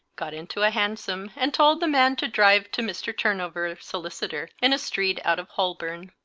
got into a hansom, and told the man to drive to mr. turnover, solicitor, in a street out of holbom.